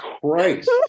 Christ